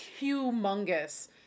humongous